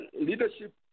leadership